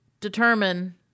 determine